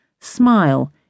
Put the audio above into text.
smile